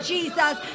Jesus